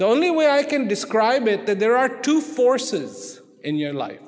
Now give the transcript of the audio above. the only way i can describe it that there are two forces in your life